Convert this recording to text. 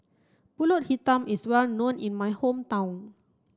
Pulut Hitam is well known in my hometown